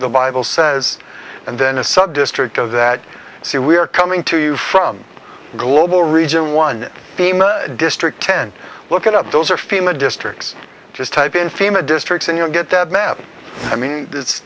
the bible says and then a subdistrict of that so we are coming to you from global region one district ten look it up those are fema districts just type in fema districts and you'll get that map i mean